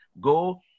go